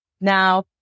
Now